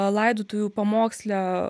laidotuvių pamoksle